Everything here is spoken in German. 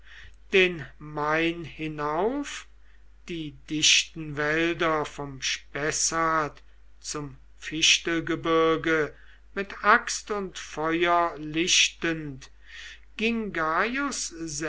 den main hinauf die dichten wälder vom spessart zum fichtelgebirge mit axt und feuer lichtend ging